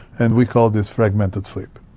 and we call this fragmented sleep.